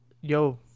yo